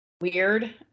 weird